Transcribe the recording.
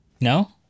No